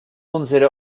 unsere